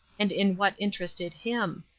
and in what interested him.